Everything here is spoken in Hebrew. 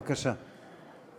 בבקשה.